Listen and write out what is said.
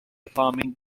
farming